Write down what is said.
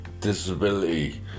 Disability